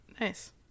Nice